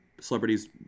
celebrities